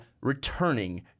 returning